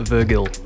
Virgil